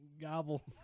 Gobble